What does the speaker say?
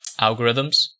algorithms